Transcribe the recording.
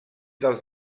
dels